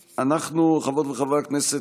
חברות וחברי הכנסת,